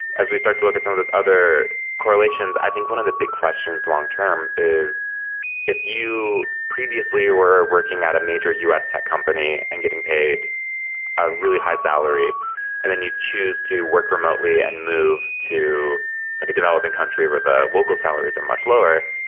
as we start to look at some of those other correlations, i think one of the big questions long-term is if you previously were working at a major u s. tech company and getting paid a really high salary and then you choose to work remotely and move to like a developing country where local salaries are much lower,